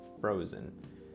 frozen